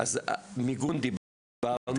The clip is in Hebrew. על מיגון דיברנו.